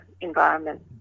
environment